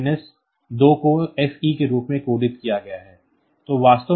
इसलिए माइनस 2 को FE के रूप में कोडित किया गया है